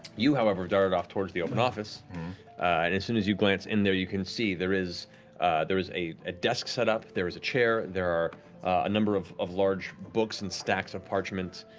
you, however, darted off towards the open office and as soon as you glance in there, you can see there is there is a a desk set up, there is a chair, there are a number of of large books and stacks of parchment.